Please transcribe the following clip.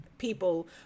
people